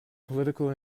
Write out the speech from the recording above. political